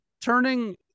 turning